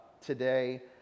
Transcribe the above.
today